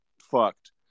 fucked